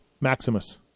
Maximus